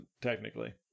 Technically